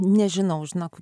nežinau žinok